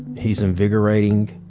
he's invigorating.